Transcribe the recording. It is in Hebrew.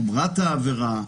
שנוגע כמובן לחומרת העברה.